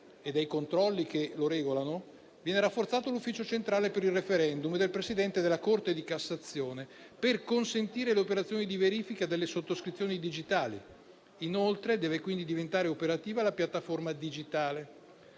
e dei controlli che lo regolano, viene rafforzato l'Ufficio centrale per il *referendum* del presidente della Corte di cassazione, per consentire le operazioni di verifica delle sottoscrizioni digitali; inoltre, deve diventare operativa la piattaforma digitale.